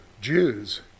Jews